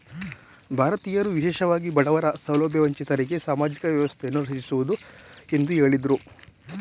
ಭಾರತೀಯರು ವಿಶೇಷವಾಗಿ ಬಡವರ ಸೌಲಭ್ಯ ವಂಚಿತರಿಗೆ ಸಾಮಾಜಿಕ ವ್ಯವಸ್ಥೆಯನ್ನು ರಚಿಸುವುದು ಎಂದು ಹೇಳಿದ್ರು